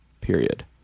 period